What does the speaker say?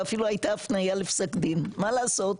ואפילו הייתה הפנייה לפסק דין מה לעשות,